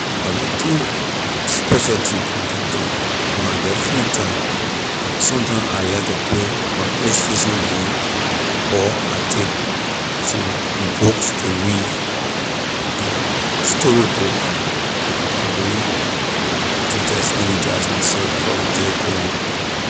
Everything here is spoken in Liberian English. I get two special thing I can do when I get free time sometime like to play my play station game or I take some books to read like story book I read to just energize myself for ley day going